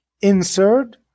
insert